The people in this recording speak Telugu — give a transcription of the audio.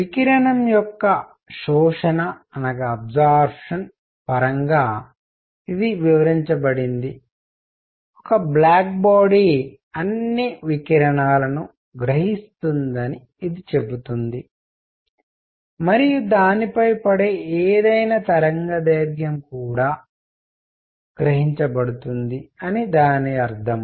వికిరణం యొక్క శోషణఅబ్సార్బ్షన్ పరంగా ఇది వివరించబడింది ఒక బ్లాక్ బాడీ అన్ని వికిరణాలను గ్రహిస్తుందని ఇది చెబుతుంది మరియు దానిపై పడే ఏదైనా తరంగదైర్ఘ్యం కూడా గ్రహించబడుతుంది అని దాని అర్థం